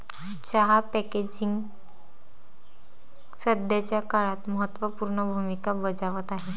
चहा पॅकेजिंग सध्याच्या काळात महत्त्व पूर्ण भूमिका बजावत आहे